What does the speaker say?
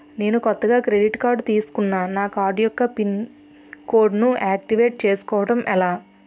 నేను కొత్తగా credit card తిస్కున్నా నా కార్డ్ యెక్క పిన్ కోడ్ ను ఆక్టివేట్ చేసుకోవటం ఎలా?